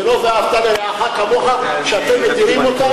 זה לא "ואהבת לרעך כמוך" שאתם מדירים אותם?